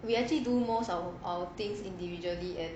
we actually do most of our things individually and